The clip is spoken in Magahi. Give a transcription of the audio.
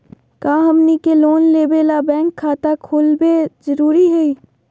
का हमनी के लोन लेबे ला बैंक खाता खोलबे जरुरी हई?